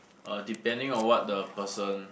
uh depending on what the person